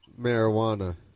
marijuana